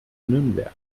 nürnberg